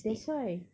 that's why